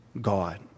God